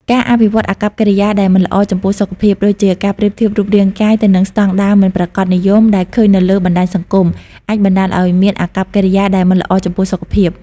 ការអភិវឌ្ឍអាកប្បកិរិយាដែលមិនល្អចំពោះសុខភាព ដូចជាការប្រៀបធៀបរូបរាងកាយទៅនឹងស្តង់ដារមិនប្រាកដនិយមដែលឃើញនៅលើបណ្ដាញសង្គម អាចបណ្ដាលឱ្យមានអាកប្បកិរិយាដែលមិនល្អចំពោះសុខភាព។